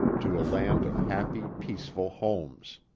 to a land of happy, peaceful homes.